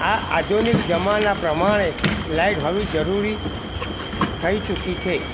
આ આધુનિક જમાના પ્રમાણે લાઇટ હોવી જરૂરી થઈ ચૂકી છે